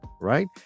right